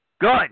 Good